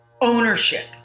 ownership